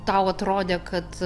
tau atrodė kad